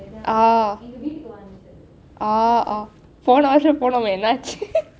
oo போன வருஷம் போனோமே என்ன ஆயிடுச்சு:pona varusham ponomei enna ayidichu